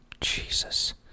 Jesus